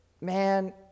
man